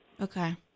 Okay